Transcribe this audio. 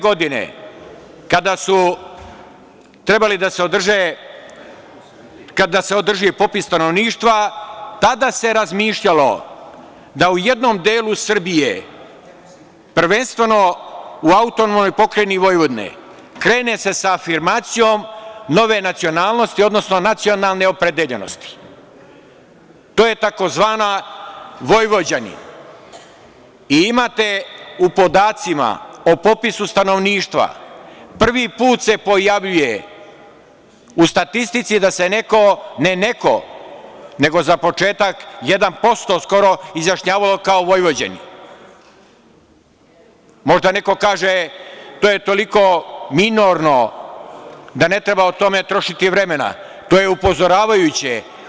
Godine 2001, kada je trebao da se održi popis stanovništva tada se razmišljalo da u jednom delu Srbije, prvenstveno u AP Vojvodine, krene se sa afirmacijom nove nacionalnosti, odnosno nacionalne opredeljenosti, to je tzv. Vojvođani, i imate u podacima o popisu stanovništva, prvi put se pojavljuje u statistici da se neko, nego za početak 1% skoro izjašnjavalo kao Vojvođani, možda neko kaže, to je toliko minorno da ne treba o tome trošiti vremena, to je upozoravajuće.